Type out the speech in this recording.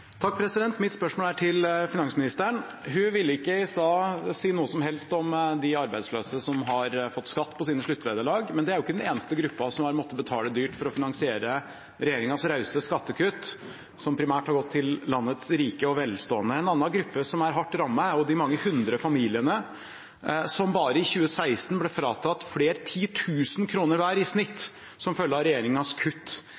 til finansministeren. Hun ville i sted ikke si noe som helst om de arbeidsløse som har fått skatt på sine sluttvederlag, men det er ikke den eneste gruppen som har måttet betale dyrt for å finansiere regjeringens rause skattekutt, som primært har gått til landets rike og velstående. En annen gruppe som er hardt rammet, er de mange hundre familiene som bare i 2016 ble fratatt flere titusener av kroner hver i